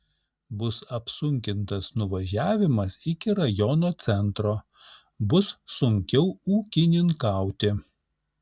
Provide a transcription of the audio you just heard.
bus apsunkintas nuvažiavimas iki rajono centro bus sunkiau ūkininkauti